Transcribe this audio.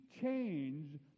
change